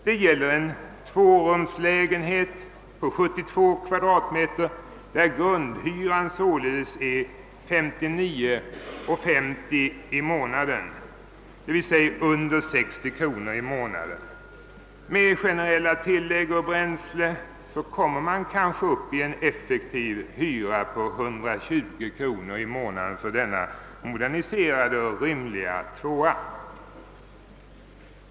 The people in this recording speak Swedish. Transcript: Det gäller en tvårumslägenhet på 72 kvadratmeter där grundhyran är 59:50 i månaden, d. v. s. mindre än 60 kronor i månaden. Med generella tillägg och bränsle kommer man kanske upp i en effektiv hyra på 120 kronor i månaden för denna moderniserade och rymliga tvårumslägenhet.